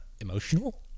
emotional